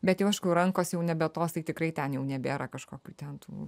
bet aišku rankos jau nebe tos tai tikrai ten jau nebėra kažkokių ten tų